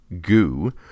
Goo